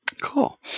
Cool